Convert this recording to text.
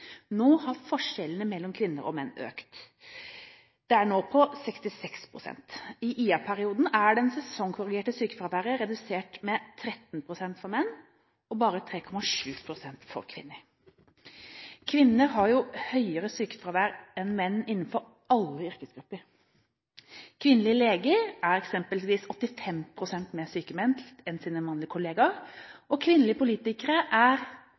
Nå har forskjellen mellom kvinner og menn økt. Den er nå på 66 pst. I IA-perioden er det sesongkorrigerte sykefraværet redusert med 13,6 pst. for menn og bare 3,7 pst. for kvinner. Kvinner har høyere sykefravær enn menn innenfor alle yrkesgrupper. Kvinnelige leger er eksempelvis 85 pst. mer sykmeldt enn sine mannlige kolleger, og kvinnelige politikere er